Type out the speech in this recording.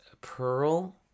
Pearl